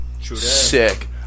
Sick